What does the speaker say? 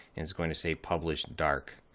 it's going to say published dark.